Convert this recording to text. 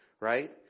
Right